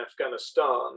afghanistan